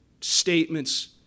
statements